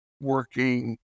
working